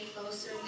closer